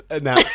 Now